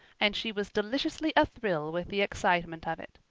and she was deliciously athrill with the excitement of it.